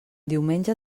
diumenge